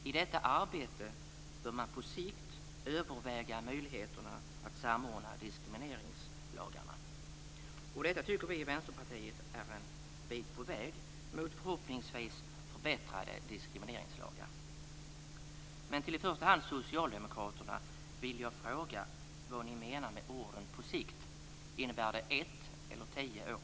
I detta arbete bör man på sikt överväga möjligheterna att samordna diskrimineringslagarna. Detta tycker vi i Vänsterpartiet är en bit på väg mot förhoppningsvis förbättrade diskrimineringslagar. Jag vill fråga i första hand socialdemokraterna vad de menar med orden på sikt. Innebär det ett eller tio år?